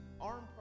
arm